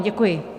Děkuji.